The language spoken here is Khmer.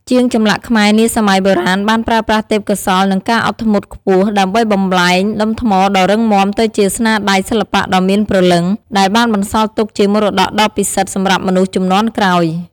ជាងចម្លាក់ខ្មែរនាសម័យបុរាណបានប្រើប្រាស់ទេពកោសល្យ និងការអត់ធ្មត់ខ្ពស់ ដើម្បីបំប្លែងដុំថ្មដ៏រឹងមាំទៅជាស្នាដៃសិល្បៈដ៏មានព្រលឹង ដែលបានបន្សល់ទុកជាមរតកដ៏ពិសិដ្ឋសម្រាប់មនុស្សជំនាន់ក្រោយ។